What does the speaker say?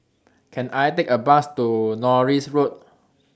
Can I Take A Bus to Norris Road